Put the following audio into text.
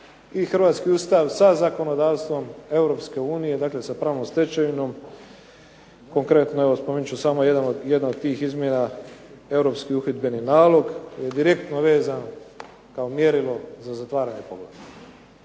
hrvatski Ustav sa zakonodavstvom Europske unije. Dakle, sa pravnom stečevinom. Konkretno evo spomenut ću samo jedna od tih izmjena Europski uhidbeni nalog je direktno vezan kao mjerilo za zatvaranje poglavlja.